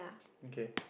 okay